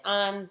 on